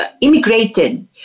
immigrated